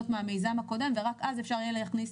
מהמיזם הקודם ורק אז אפשר יהיה להכניס